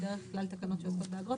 בדרך כלל תקנות שעוסקות באגרות,